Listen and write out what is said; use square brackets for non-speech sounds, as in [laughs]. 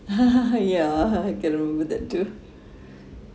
[laughs] ya [laughs] get over that too [breath]